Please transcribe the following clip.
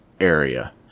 area